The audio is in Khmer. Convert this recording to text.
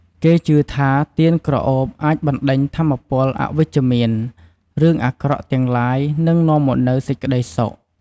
គេជឿថា ទៀនក្រអូបអាចបណ្ដេញថាមពលអវិជ្ជមាន រឿងអាក្រក់ទាំងឡាយ និងនាំមកនូវសេចក្តីសុខ។